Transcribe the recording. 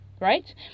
right